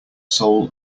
soul